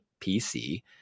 PC